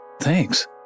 thanks